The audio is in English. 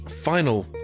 final